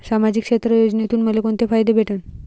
सामाजिक क्षेत्र योजनेतून मले कोंते फायदे भेटन?